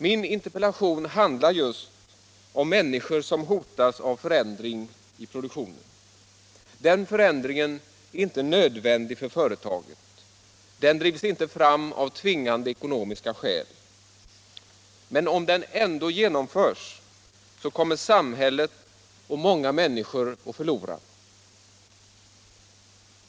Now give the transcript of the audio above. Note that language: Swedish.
Min interpellation handlar just om människor som hotas av en för 25 ändring i produktionen. Den förändringen är inte nödvändig för företaget. Den drivs inte fram av tvingande ekonomiska skäl. Men om den ändå genomförs, kommer samhället och många människor att förlora.